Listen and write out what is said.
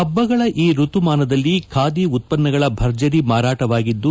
ಹಬ್ಬಗಳ ಈ ಋತುಮಾನದಲ್ಲಿ ಖಾದಿ ಉತ್ಪನ್ನಗಳ ಭರ್ಜರಿ ಮಾರಾಟವಾಗಿದ್ದು